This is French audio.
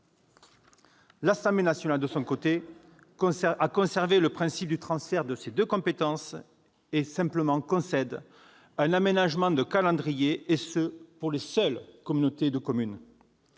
L'Assemblée nationale, de son côté, a conservé le principe du transfert de ces deux compétences et concède simplement un aménagement de calendrier, et ce pour les seules communautés de communes.